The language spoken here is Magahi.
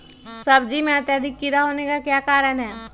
सब्जी में अत्यधिक कीड़ा होने का क्या कारण हैं?